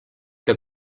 que